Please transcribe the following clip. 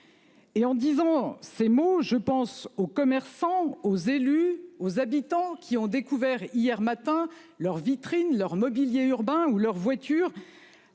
Et en disant ces mots je pense aux commerçants, aux élus, aux habitants qui ont découvert hier matin leur vitrine leur mobilier urbain ou leur voiture.